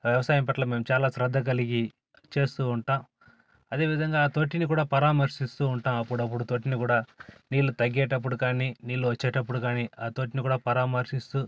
వ్యవసాయం పట్ల మేము చాలా శ్రద్ద కలిగి చేస్తూ ఉంటా అదేవిధంగా తొట్టిని కూడా పరామర్శిస్తూ ఉంటాం అప్పుడప్పుడు తొట్టిని కూడా నీళ్లు తగ్గేటప్పుడు కానీ నీళ్ళొచ్చేటప్పుడు కానీ ఆ తొట్టిని కూడా పరామర్శిస్తూ